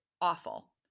awful